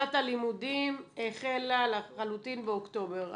שנת הלימודים החלה באוקטובר.